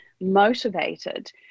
motivated